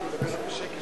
כבר?